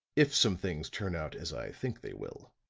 if some things turn out as i think they will.